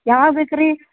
ಯಾವಾಗ ಬೇಕು ರೀ